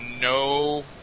no